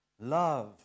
love